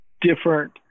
different